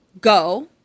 go